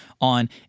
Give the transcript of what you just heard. on